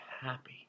happy